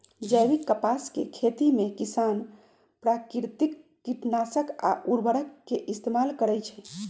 जैविक कपास के खेती में किसान प्राकिरतिक किटनाशक आ उरवरक के इस्तेमाल करई छई